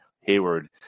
Hayward